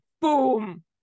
Boom